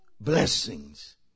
Blessings